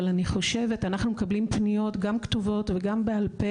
אנחנו מקבלים פניות גם כתובות וגם בעל פה,